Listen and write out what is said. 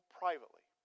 privately